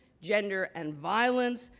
gender and violence,